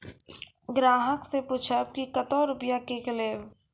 ग्राहक से पूछब की कतो रुपिया किकलेब?